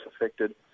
affected